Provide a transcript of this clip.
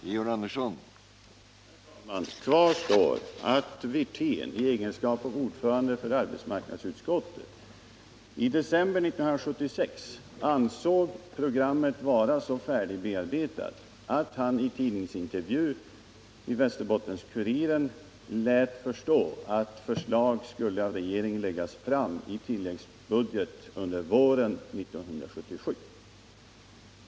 Herr talman! Kvar står att Rolf Wirtén i egenskap av arbetsmarknadsutskottets ordförande i december 1976 ansåg programmet vara så färdigbearbetat att han i en intervju i Västerbottens-Kuriren lät förstå att förslag skulle av regeringen läggas fram i tilläggsbudget under våren 1977.